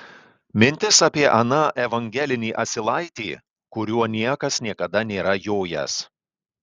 mintis apie aną evangelinį asilaitį kuriuo niekas niekada nėra jojęs